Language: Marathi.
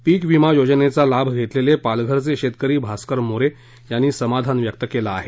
पीकविमा योजनेचा लाभ घेतलेले पालघरचे शेतकरी भास्कर मोरे यांनी समाधान व्यक्त केलं आहे